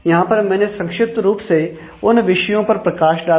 यहां पर मैंने संक्षिप्त रूप से उन विषयों पर प्रकाश डाला